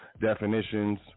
definitions